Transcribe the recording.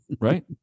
right